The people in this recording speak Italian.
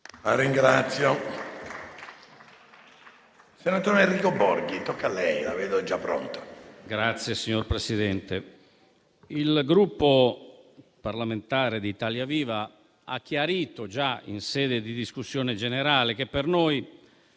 il Gruppo parlamentare Italia Viva ha chiarito, già in sede di discussione generale, che per noi